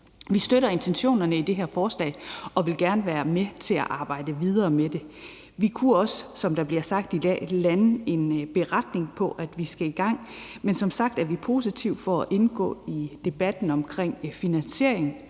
Vi støtter intentionerne i det her forslag og vil gerne være med til at arbejde videre med det. Vi kunne også, som der bliver sagt i dag, lande en beretning på, at vi skal i gang, men som sagt er vi positive over for at indgå i debatten om finansiering,